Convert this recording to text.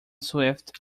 swift